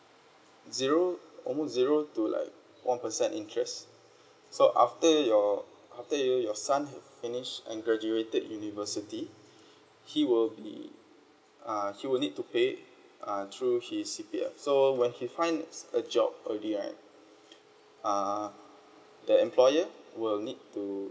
zero almost zero to like one percent interest so after your after your son have finished and graduated university he will be uh he will need to pay uh through his C_P_F so when he find s~ a job already right uh the employer will need to